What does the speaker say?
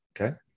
Okay